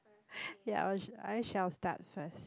ya I will I shall start first